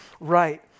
right